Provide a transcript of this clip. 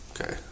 Okay